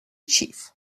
chief